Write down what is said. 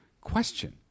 question